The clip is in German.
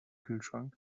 kühlschrank